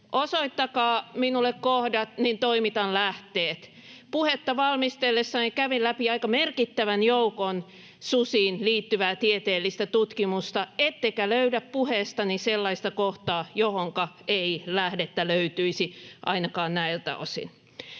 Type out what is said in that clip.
Osoittakaa minulle kohdat, niin toimitan lähteet. Puhetta valmistellessani kävin läpi aika merkittävän joukon susiin liittyvää tieteellistä tutkimusta, ettekä löydä puheestani sellaista kohtaa, johonka ei lähdettä löytyisi ainakaan näiltä osin.